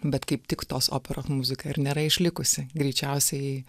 bet kaip tik tos operos muzika ir nėra išlikusi greičiausiai